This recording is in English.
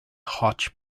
hotch